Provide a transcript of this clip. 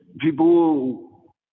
people